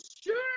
sure